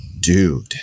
dude